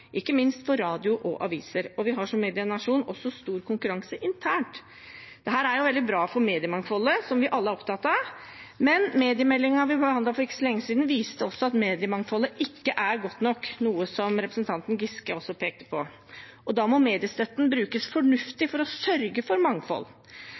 ikke minst for radio og aviser. Vi har som medienasjon også stor konkurranse internt. Dette er veldig bra for mediemangfoldet som vi alle er opptatt av, men mediemeldingen vi behandlet for ikke så lenge siden, viste at mediemangfoldet ikke er godt nok, noe representanten Giske også pekte på. Da må mediestøtten brukes